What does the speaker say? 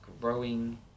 growing